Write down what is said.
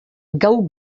gau